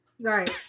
right